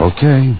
Okay